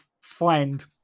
find